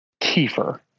Kiefer